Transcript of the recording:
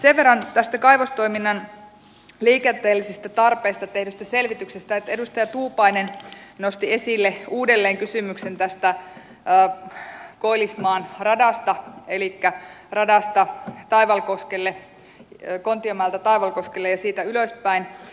sen verran kaivostoiminnan liikenteellisistä tarpeista tehdystä selvityksestä että edustaja tuupainen nosti esille uudelleen kysymyksen tästä koillismaan radasta elikkä radasta kontiomäeltä taivalkoskelle ja siitä ylöspäin